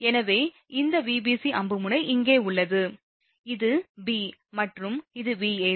எனவே இந்த Vbc அம்பு முனை இங்கே உள்ளது இது b மற்றும் இது Vab